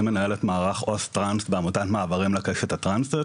אני מנהל את מערך עו"ס טרנס בעמותת מעברים לקשת הטרנסית,